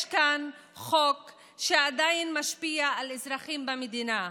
יש כאן חוק שעדיין משפיע על אזרחים במדינה,